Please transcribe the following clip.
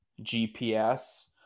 GPS